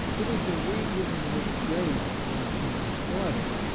it is a region in which grace must be despotic,